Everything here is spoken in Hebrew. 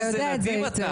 אתה יודע את זה היטב.